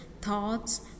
thoughts